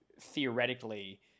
theoretically